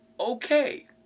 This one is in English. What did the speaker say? Okay